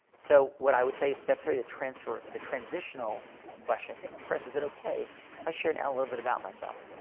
so, what i would say it's step three, the transfer the transitional question is. hey, kris. is it okay if i share now a little bit about myself?